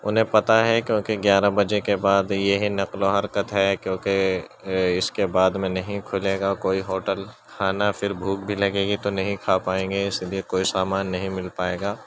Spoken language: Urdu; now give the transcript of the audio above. انہیں پتا ہے کیونکہ گیارہ بجے کے بعد یہ نقل و حرکت ہے کیونکہ اس کے بعد میں نہیں کھلے گا کوئی ہوٹل کھانا پھر بھوک بھی لگے گی تو نہیں کھا پائیں گے اس لیے کوئی سامان نہیں مل پائے گا